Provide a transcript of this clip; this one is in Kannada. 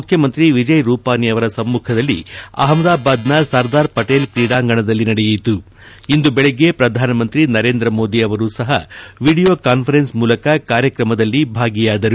ಮುಖ್ಖಮಂತ್ರಿ ವಿಜಯ್ ರೂಪಾನಿ ಅವರ ಸಮ್ಖಖದಲ್ಲಿ ಅಹಮದಾಬಾದ್ ನ ಸರ್ದಾರ್ ಪಟೇಲ್ ಕ್ರೀಡಾಂಗಣದಲ್ಲಿ ನಡೆಯಿತು ಇಂದು ಬೆಳಗ್ಗೆ ಶ್ರಧಾನಮಂತ್ರಿ ನರೇಂದ್ರ ಮೋದಿ ಅವರು ಸಹ ವಿಡಿಯೋ ಕಾನ್ಫರೆನ್ಸ್ ಮೂಲಕ ಕಾರ್ಯಕ್ರಮದಲ್ಲಿ ಭಾಗಿಯಾದರು